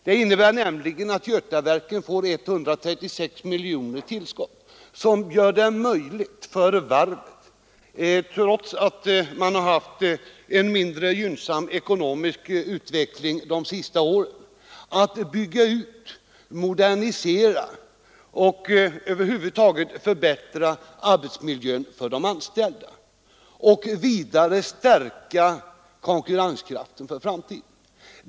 Det innebär nämligen att Götaverken får 136 miljoner kronor i tillskott, som gör det möjligt för varvet att trots en mindre gynnsam ekonomisk utveckling de senaste åren bygga ut, modernisera och över huvud taget förbättra arbetsmiljön för de anställda samt stärka konkurrenskraften för framtiden.